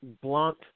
blunt